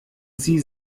sie